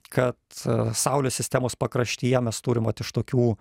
kad saulės sistemos pakraštyje mes turim vat iš tokių